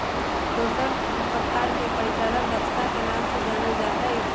दूसर प्रकार के परिचालन दक्षता के नाम से जानल जा हई